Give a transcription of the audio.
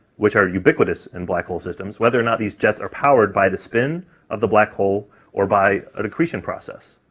which are ubiquitous in black hole systems, whether or not these jets are powered by the spin of the black hole or by an accretion process.